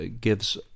gives